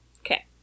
Okay